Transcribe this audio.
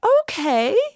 Okay